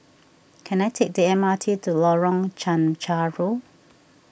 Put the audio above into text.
can I take the M R T to Lorong Chencharu